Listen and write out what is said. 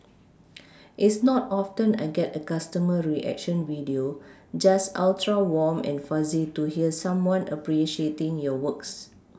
it's not often I get a customer reaction video just ultra warm and fuzzy to hear someone appreciating your works